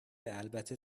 البته